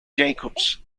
jacobs